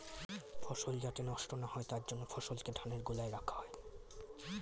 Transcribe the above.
ফসল যাতে নষ্ট না হয় তার জন্য ফসলকে ধানের গোলায় রাখা হয়